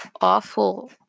awful